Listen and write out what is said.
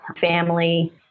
family